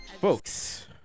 Folks